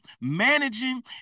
managing